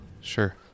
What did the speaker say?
Sure